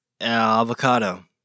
Avocado